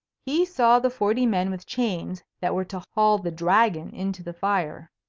he saw the forty men with chains that were to haul the dragon into the fire.